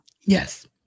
Yes